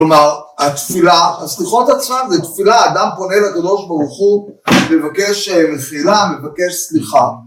כלומר, התפילה, הסליחות עצמן זה תפילה, אדם פונה לקדוש ברוך הוא ומבקש מחילה, מבקש סליחה.